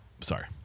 Sorry